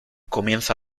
comienza